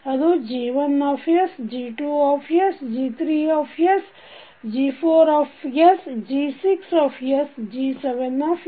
ಅದು G1sG2sG3 sG4sG6sG7